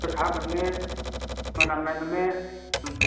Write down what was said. गोखा मोनो मोनामनाय मोनो ओम